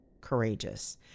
courageous